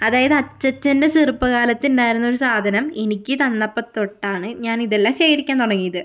അതായത് അച്ചച്ചൻ്റെ ചെറുപ്പ കാലത്തു ഉണ്ടായിരുന്നൊരു സാധനം എനിക്ക് തന്നപ്പോൾ തൊട്ടാണ് ഞാൻ ഇതെല്ലം ശേഖരിക്കാൻ തുടങ്ങിയത്